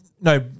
No